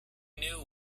knew